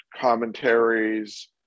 commentaries